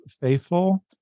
faithful